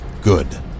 good